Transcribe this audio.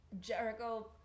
Jericho